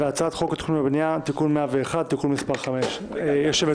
והצעת חוק התכנון והבנייה (תיקון מס' 101) (תיקון מס' 5). רגע,